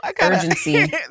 Urgency